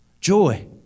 joy